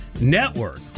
network